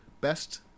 best